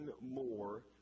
more